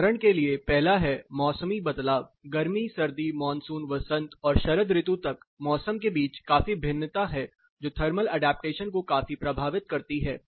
उदाहरण के लिए पहला है मौसमी बदलाव गर्मी सर्दी मानसून वसंत और शरद ऋतु तक मौसम के बीच काफी भिन्नता है जो थर्मल ऐडप्टेशन को काफी प्रभावित करती है